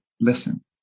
Listen